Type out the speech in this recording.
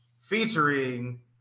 featuring